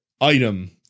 item